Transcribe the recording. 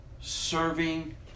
serving